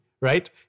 Right